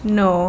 no